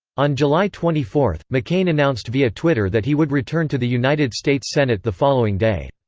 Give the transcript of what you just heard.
on july twenty four, mccain announced via twitter that he would return to the united states senate the following day.